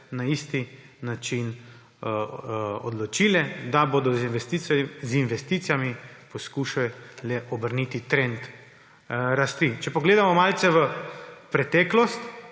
na isti način odločile, da bodo z investicijami poskušale obrniti trend rast. Če pogledamo malce v preteklost,